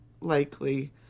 likely